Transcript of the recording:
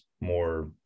more